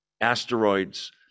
Asteroids